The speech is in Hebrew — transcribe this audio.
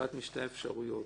אחת משתי האפשרויות.